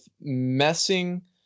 messing